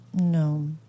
No